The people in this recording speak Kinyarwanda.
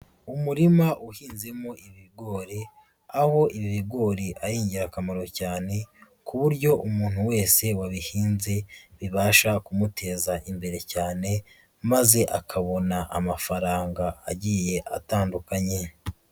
Umurima uhinzemo ibigori, aho ibi bigori ari ingirakamaro cyane, ku buryo umuntu wese wabihinze, bibasha kumuteza imbere cyane, maze akabona amafaranga agiye atandukanye.